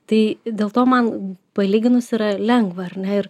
tai dėl to man palyginus yra lengva ar ne ir